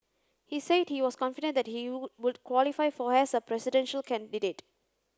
he said he was confident that he would qualify for as a presidential candidate